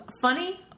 funny